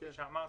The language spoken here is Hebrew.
כפי שאמרתי,